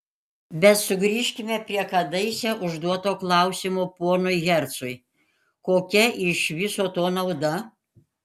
bet sugrįžkime prie kadaise užduoto klausimo ponui hercui kokia iš viso to nauda